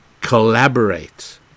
collaborate